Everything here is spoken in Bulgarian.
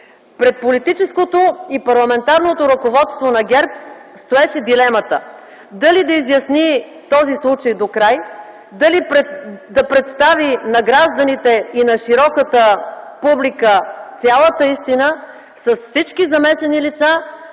Пред политическото и парламентарното ръководство на ГЕРБ стоеше дилемата дали да изясни този случай докрай, дали да представи на гражданите и на широката публика цялата истина с всички замесени лица,